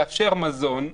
לאפשר מזון,